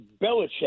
Belichick